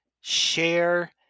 share